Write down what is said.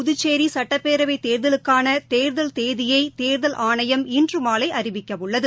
புதுச்சேரிசட்டப்பேரவைத் தேர்தலுக்காளதேர்தல் தேதியைதேர்தல் இன்றுமாலைஅறிவிக்கவுள்ளது